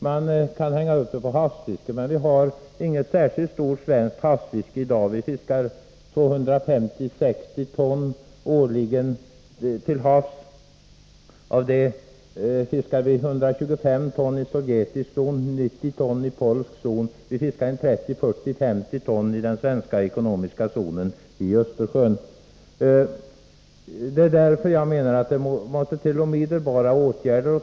Man kan anknyta till havsfisket, men det svenska havsfisket är inte särskilt omfattande i dag. Vi fiskar 250-260 ton årligen till havs. Av det fiskar vi 125 ton i sovjetisk zon, 90 ton i polsk zon och 30, 40 eller 50 ton i den svenska ekonomiska zonen i Östersjön. Det är därför jag menar att det måste till omedelbara åtgärder.